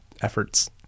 efforts